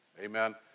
Amen